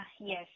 yes